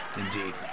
Indeed